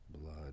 blood